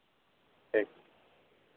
ᱴᱷᱤᱠ